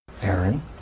Aaron